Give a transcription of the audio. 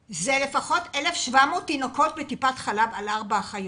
למשל, הוא לפחות 1,700 תינוקות על ארבע אחיות.